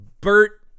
Bert